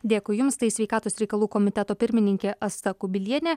dėkui jums tai sveikatos reikalų komiteto pirmininkė asta kubilienė